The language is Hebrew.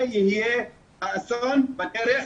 זה יהיה אסון בדרך,